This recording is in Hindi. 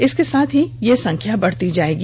इसके साथ ही यह संख्यां बढ़ती जाएगी